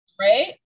right